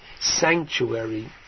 sanctuary